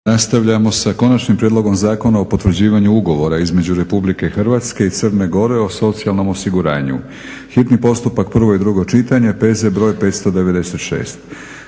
Nastavljamo sa - Konačnim prijedlogom Zakona o potvrđivanju ugovora između Republike Hrvatske i Crne Gore o socijalnom osiguranju, hitni postupak, prvo i drugo čitanje, P.Z. br. 596.